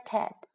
Ted 。